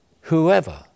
whoever